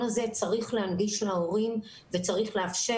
הזה צריך להנגיש להורים וצריך לאפשר.